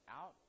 out